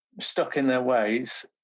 stuck-in-their-ways